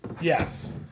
Yes